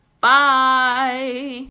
Bye